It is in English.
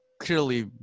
clearly